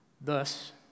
Thus